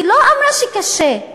היא לא אמרה שקשה,